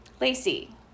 Lacey